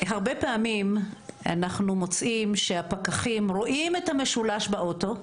הרבה פעמים אנחנו מוצאים שהפקחים רואים את המשולש באוטו,